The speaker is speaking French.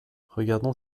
regardant